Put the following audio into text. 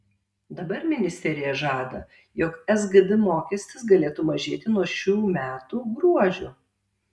dabar ministerija žada jog sgd mokestis galėtų mažėti nuo nuo šių metų gruodžio